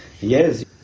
yes